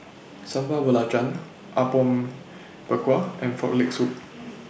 Sambal Belacan Apom Berkuah and Frog Leg Soup